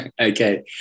Okay